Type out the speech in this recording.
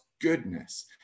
goodness